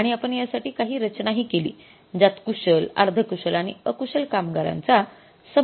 आणि आपण यासाठी काही रचना हि केली ज्यात कुशल अर्धकुशल आणि अकुशल कामगारांचा समावेश होता